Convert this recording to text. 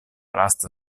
lasta